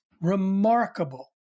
remarkable